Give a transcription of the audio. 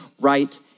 right